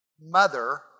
mother